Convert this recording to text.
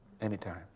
anytime